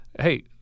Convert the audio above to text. Hey